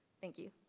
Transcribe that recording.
thank you.